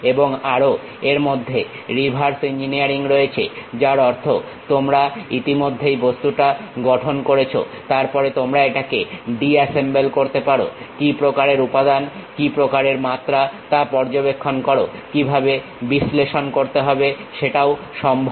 এবং আরো এরমধ্যে রিভার্স ইঞ্জিনিয়ারিং রয়েছে যার অর্থ তোমরা ইতিমধ্যেই বস্তুটা গঠন করেছো তারপরে তোমরা এটাকে ডিসঅ্যাসেম্বল করতে পারোকি প্রকারের উপাদান কি প্রকারের মাত্রা তা পর্যবেক্ষণ করো কিভাবে বিশ্লেষণ করতে হবে সেটাও সম্ভব